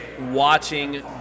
watching